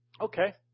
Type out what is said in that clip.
Okay